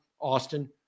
Austin